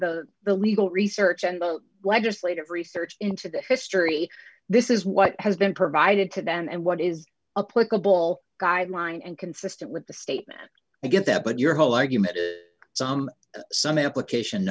the the legal research and vote wagger slate of research into the history this is what has been provided to them and what is a political ball guideline and consistent with the statement i get that but your whole argument is some some application